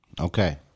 Okay